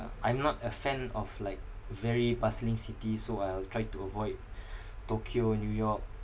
I'm not a fan of like very bustling city so I'll try to avoid tokyo new york